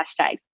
hashtags